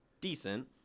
decent